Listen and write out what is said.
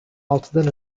altıdan